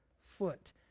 foot